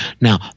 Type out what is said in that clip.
now